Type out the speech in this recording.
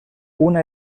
una